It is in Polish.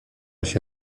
się